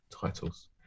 titles